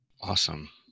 Awesome